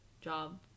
job